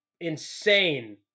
insane